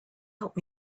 help